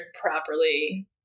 properly